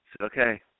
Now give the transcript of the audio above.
okay